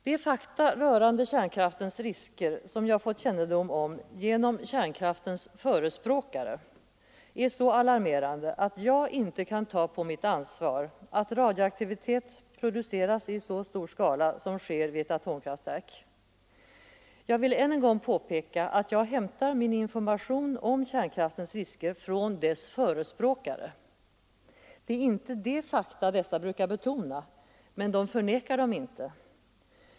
De fakta rörande kärnkraftens risker som jag fått kännedom om genom kärnkraftens förespråkare är så alarmerande att jag inte kan ta på mitt ansvar att radioaktivitet produceras i så stor skala som sker vid ett atomkraftverk. Jag vill än en gång påpeka att jag hämtar min information om kärnkraftens risker från dess förespråkare. Det är inte dessa fakta de brukar betona, men de förnekar dem inte.